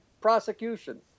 prosecution